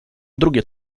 drugie